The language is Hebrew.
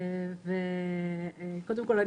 קודם כול,